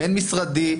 בין-משרדי,